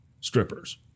strippers